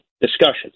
discussions